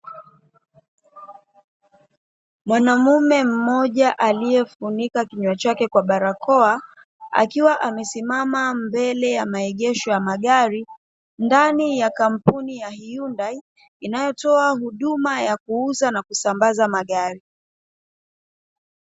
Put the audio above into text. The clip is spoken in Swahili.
Mwanaume mmoja aliyefunika kinywa chake kwa barakoa, akiwa amesimama mbele ya maegesho ya magari ndani ya kampuni ya 'HYUNDAI' inayotoa huduma ya kuuza na kusambaza magari.